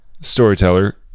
storyteller